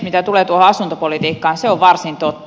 mitä tulee tuohon asuntopolitiikkaan se on varsin totta